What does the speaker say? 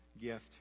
gift